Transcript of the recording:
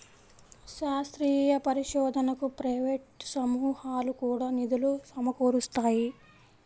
శాస్త్రీయ పరిశోధనకు ప్రైవేట్ సమూహాలు కూడా నిధులు సమకూరుస్తాయి